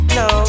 no